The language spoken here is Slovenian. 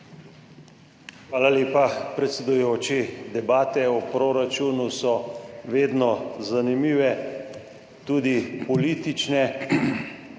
Hvala lepa, predsedujoči. Debate o proračunu so vedno zanimive, tudi politične,